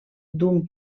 d’un